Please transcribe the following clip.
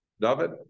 David